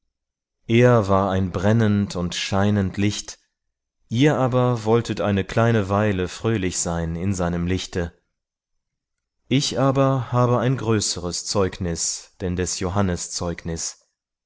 er war ein brennend und scheinend licht ihr aber wolltet eine kleine weile fröhlich sein in seinem lichte ich aber habe ein größeres zeugnis denn des johannes zeugnis